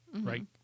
right